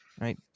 Right